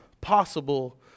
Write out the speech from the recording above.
possible